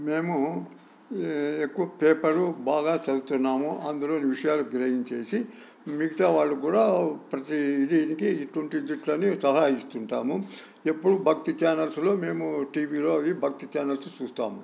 మేము ఎక్కువ పేపర్ బాగా చదువుతున్నాము అందులోని విషయాలు గ్రహించేసి మిగతా వాళ్ళు కూడా ప్రతి ఇది దీనికి ఇట్టుంటే ఇట్టిట్లా అని సలహా ఇస్తుంటాము ఎప్పుడు భక్తి ఛానల్స్లో మేము టీవీలో అవి భక్తి చానల్స్ చూస్తాము